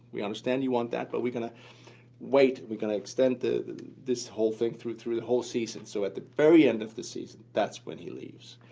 we understand you want that but we're going to wait. we're going to extend this whole thing through through the whole season. so at the very end of the season, that's when he leaves.